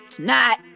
tonight